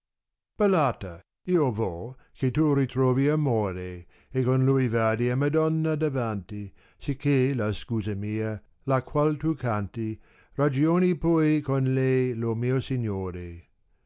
aliata io to che tu ritrovi amore con lui vadi a madonna davanti sicché la scusa mia la qual tu cantì ragioni poi con lei lo mio signore